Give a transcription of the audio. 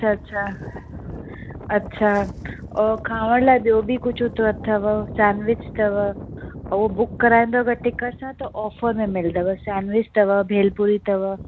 अच्छा अच्छा अच्छा और खाइण लाइ ॿियो कुझु बि अथव सेंडविच अथव और उहा बुक कराईंदव त टिकट सां त ऑफर में सेंडविच अथव भेलपूरी अथव